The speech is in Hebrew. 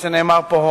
או כפי שנאמר פה,